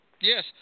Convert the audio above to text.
Yes